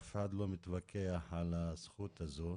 אף אחד לא מתווכח על הזכות הזו,